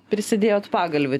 prisidėjot pagalvių